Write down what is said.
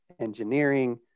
engineering